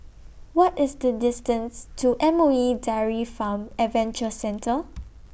What IS The distance to M O E Dairy Farm Adventure Centre